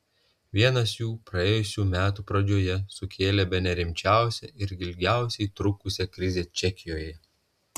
vienas jų praėjusių metų pradžioje sukėlė bene rimčiausią ir ilgiausiai trukusią krizę čekijoje